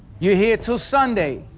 you're here till sunday,